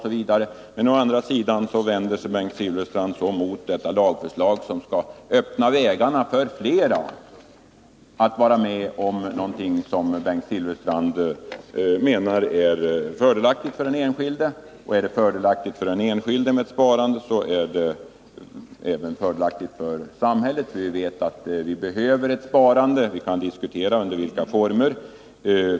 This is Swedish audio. Å andra sidan vänder sig Bengt Silfverstrand mot ett lagförslag, som skulle öppna vägarna för flera att delta i något som Bengt Silfverstrand menar är fördelaktigt för den enskilde. Och är det fördelaktigt för den enskilde med ett sparande, är det även fördelaktigt för samhället. Vi vet att ett sparande behövs — vi kan diskutera under vilka former det skall ske.